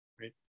right